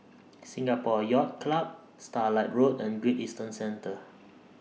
Singapore Yacht Club Starlight Road and Great Eastern Centre